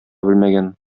белмәгән